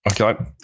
Okay